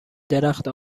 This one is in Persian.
درخت